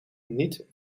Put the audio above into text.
niet